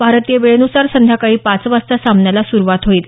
भारतीय वेळेन्सार संध्याकाळी पाच वाजता सामन्याला सुरुवात होईल